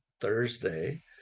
Thursday